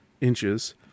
inches